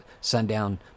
sundown